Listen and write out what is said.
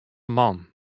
man